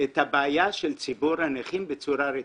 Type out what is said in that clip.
את הבעיה של ציבור הנכים בצורה רצינית.